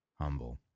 humble